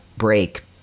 Break